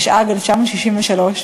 התשכ"ג 1963,